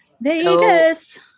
Vegas